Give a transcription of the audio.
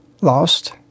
lost